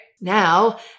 Now